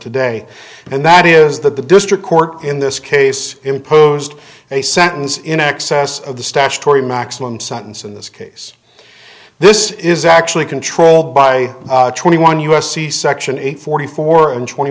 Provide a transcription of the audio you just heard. today and that is that the district court in this case imposed a sentence in excess of the statutory maximum sentence in this case this is actually controlled by twenty one u s c section eight forty four and twenty